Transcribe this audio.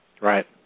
Right